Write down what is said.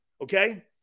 Okay